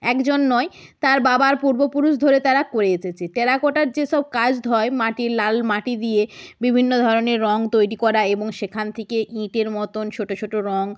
একজন নয় তার বাবার পূর্বপুরুষ ধরে তারা করে এসেছে টেরাকোটার যেসব কাজ হয় মাটির লাল মাটি দিয়ে বিভিন্ন ধরনের রং তৈরি করা এবং সেখান থেকে ইটের মতন ছোট ছোট রং